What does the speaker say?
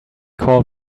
call